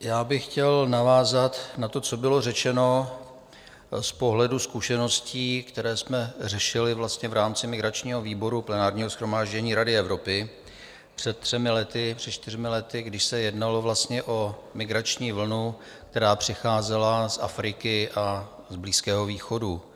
Já bych chtěl navázat na to, co bylo řečeno z pohledu zkušeností, které jsme řešili v rámci migračního výboru plenárního shromáždění Rady Evropy před třemi lety, před čtyřmi lety, když se jednalo o migrační vlnu, která přicházela z Afriky a z Blízkého východu.